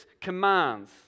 commands